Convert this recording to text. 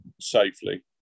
safely